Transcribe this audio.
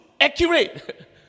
Accurate